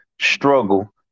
struggle